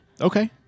Okay